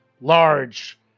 large